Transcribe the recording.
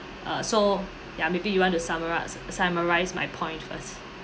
uh so ya maybe you want to summari~ s~ s~ summarise my point first